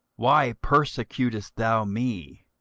why persecutest thou me?